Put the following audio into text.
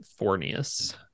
Fornius